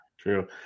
True